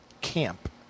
camp